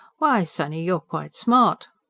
why, sonny, you're quite smart.